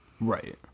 Right